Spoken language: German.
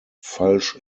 falsch